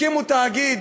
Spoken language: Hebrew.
הקימו תאגיד,